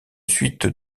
suite